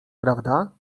prawda